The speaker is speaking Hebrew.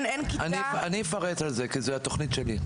אני אפרט בנושא הזה כי זו תוכנית שלי.